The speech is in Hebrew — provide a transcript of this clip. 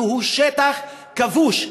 כי הוא שטח כבוש.